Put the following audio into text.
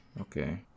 okay